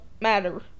matter